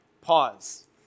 Pause